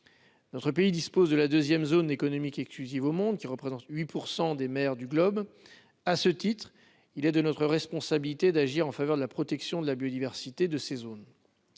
notre pays dispose de la deuxième zone économique exclusive au monde, qui représente 8 % des mers du globe, à ce titre, il est de notre responsabilité d'agir en faveur de la protection de la biodiversité, de ces zones